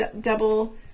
double